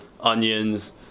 onions